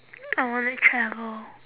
I want to travel